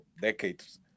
decades